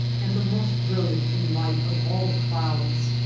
and the most brilliant in light of all the clouds.